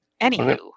anywho